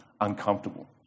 uncomfortable